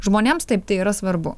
žmonėms taip tai yra svarbu